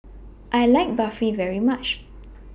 I like Barfi very much